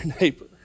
neighbor